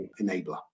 enabler